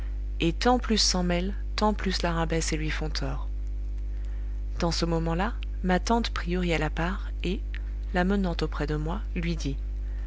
et tant plus s'en mêlent tant plus la rabaissent et lui font tort dans ce moment-là ma tante prit huriel à part et l'amenant auprès de moi lui dit